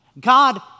God